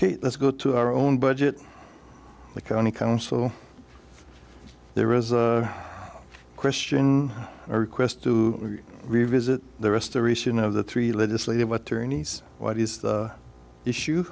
let's go to our own budget the county council there is a question or request to revisit the restoration of the three legislative attorneys what is the issue